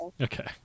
Okay